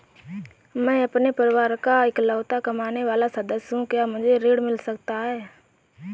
मैं अपने परिवार का इकलौता कमाने वाला सदस्य हूँ क्या मुझे ऋण मिल सकता है?